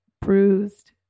bruised